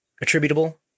attributable